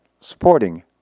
supporting